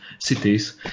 cities